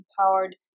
empowered